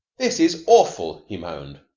this is awful, he moaned.